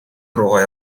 руугаа